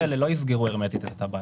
המצלמות האלה לא יסגרו הרמטית את הטבעת.